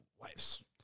wives